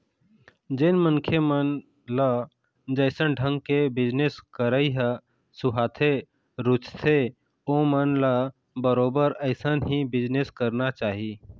जेन मनखे मन ल जइसन ढंग के बिजनेस करई ह सुहाथे, रुचथे ओमन ल बरोबर अइसन ही बिजनेस करना चाही